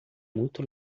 muito